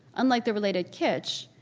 unlike the related kitsch,